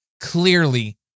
clearly